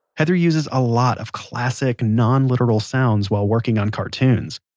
heather uses a lot of classic, non literal sounds while working on cartoons.